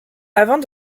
avant